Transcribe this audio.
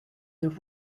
there